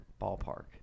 ballpark